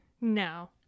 No